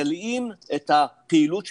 ילאים את הפעילות שלהם,